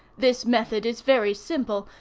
this method is very simple,